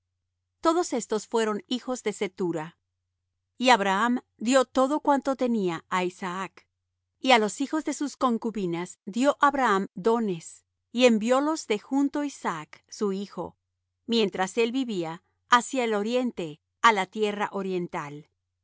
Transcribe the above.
todos estos fueron hijos de cetura y abraham dió todo cuanto tenía á isaac y á los hijos de sus concubinas dió abraham dones y enviólos de junto isaac su hijo mientras él vivía hacia el oriente á la tierra oriental